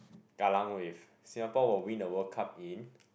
Kallang Wave Singapore will win the World Cup in